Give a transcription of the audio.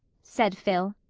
said phil.